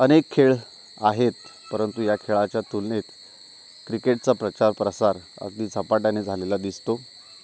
अनेक खेळ आहेत परंतु या खेळाच्या तुलनेत क्रिकेटचा प्रचार प्रसार अगदी झपाट्याने झालेला दिसतो